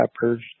Peppers